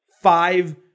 five